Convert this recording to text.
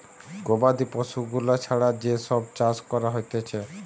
গবাদি পশু গুলা ছাড়া যেই সব চাষ করা হতিছে